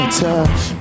touch